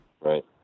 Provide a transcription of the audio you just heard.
Right